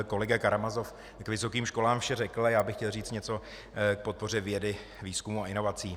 Kolega Karamazov k vysokým školám vše řekl a já bych chtěl říci něco k podpoře vědy, výzkumu a inovací.